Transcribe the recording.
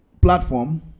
platform